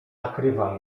nakrywa